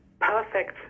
perfect